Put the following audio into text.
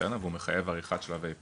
והוא מחייב עריכת שלבי פיילוט,